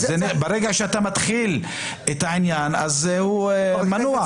ברגע שאתה מתחיל את העניין, הוא מנוע.